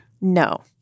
No